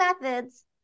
methods